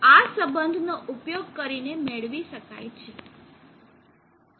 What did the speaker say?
આ સંબંધનો ઉપયોગ કરીને Im મેળવી શકાય છે